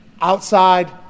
outside